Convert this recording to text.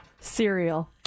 cereal